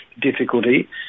difficulty